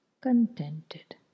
contented